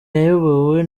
yayobowe